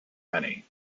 many